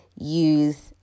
use